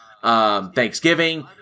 Thanksgiving